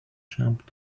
jump